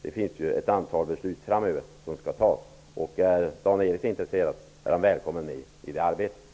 Vi har att fatta ett antal beslut framöver. Om Dan Eriksson är intresserad är han välkommen med i det arbetet.